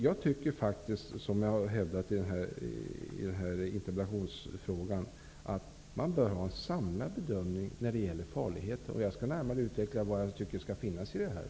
Jag tycker faktiskt, som jag har hävdat i interpellationen, att man bör ha en samlad bedömning av farligheten. Jag skall närmare utveckla vad jag tycker skall ingå i detta.